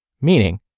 meaning